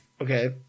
okay